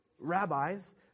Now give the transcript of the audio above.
Rabbis